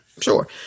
sure